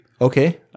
Okay